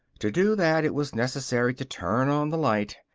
to do that it was necessary to turn on the light.